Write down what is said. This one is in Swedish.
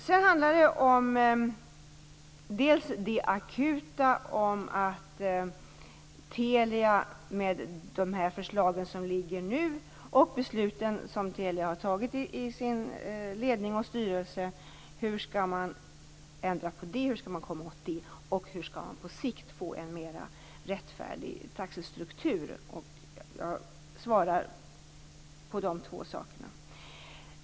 Sedan handlar det dels om det akuta, hur man skall kunna komma åt och ändra på de förslag från Telia som ligger nu och de förslag Telia har fattat i sin ledning och styrelse, dels hur man på sikt skall få en mer rättfärdig taxestruktur. Jag skall svara på båda sakerna.